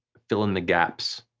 fill in the gaps.